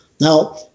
Now